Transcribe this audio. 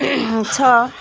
छ